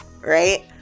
right